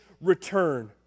return